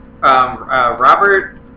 Robert